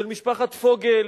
של משפחת פוגל,